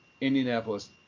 Indianapolis